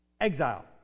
Exile